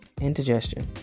indigestion